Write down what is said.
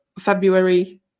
February